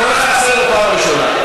אני קורא אותך לסדר פעם ראשונה.